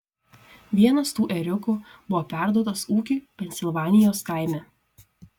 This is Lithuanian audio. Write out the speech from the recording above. vienas tų ėriukų buvo perduotas ūkiui pensilvanijos kaime